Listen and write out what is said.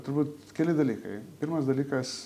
turbūt keli dalykai pirmas dalykas